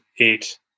eight